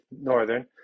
Northern